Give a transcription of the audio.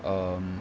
um